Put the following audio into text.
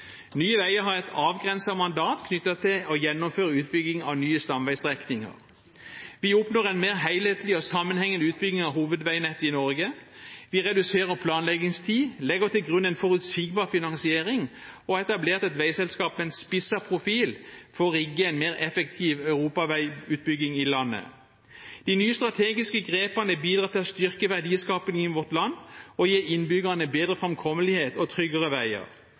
Nye Veier har et avgrenset mandat knyttet til å gjennomføre utbygging av nye stamveistrekninger. Vi oppnår en mer helhetlig og sammenhengende utbygging av hovedveinettet i Norge, vi reduserer planleggingstid, legger til grunn en forutsigbar finansiering og har etablert et veiselskap med en spisset profil for å rigge en mer effektiv europaveiutbygging i landet. De nye strategiske grepene bidrar til å styrke verdiskaping i vårt land og gir innbyggerne bedre framkommelighet og tryggere veier.